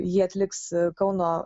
jį atliks kauno